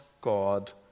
God